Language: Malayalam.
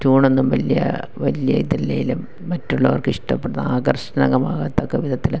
ട്യൂണൊന്നും വലിയ വലിയ ഇതില്ലെങ്കിലും മറ്റുള്ളവർക്ക് ഇഷ്ടപ്പെടുന്ന ആകർഷണമാകത്തൊക്കെ വിധത്തിൽ